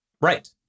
right